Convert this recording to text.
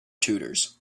tutors